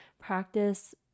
practice